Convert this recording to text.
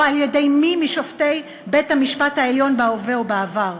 על-ידי מי משופטי בית-המשפט העליון בהווה או בעבר.